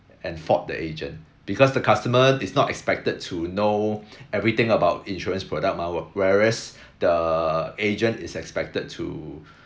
and fault the agent because the customer is not expected to know everything about insurance product mah wh~ whereas the agent is expected to